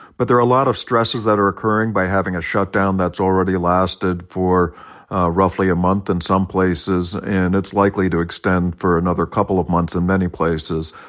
but there are a lot of stresses that are occurring by having a shutdown that's already lasted for roughly a month in some places, and it's likely to extend for another couple of months in many places.